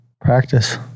Practice